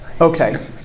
Okay